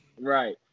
Right